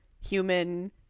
human